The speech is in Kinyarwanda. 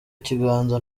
ikiganza